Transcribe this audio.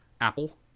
Apple